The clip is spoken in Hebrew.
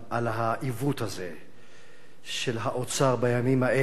על העיוות הזה של האוצר בימים האלה